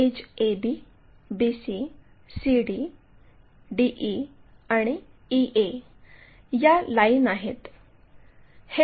edge ab bc cd de आणि ea या line आहेत